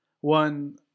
One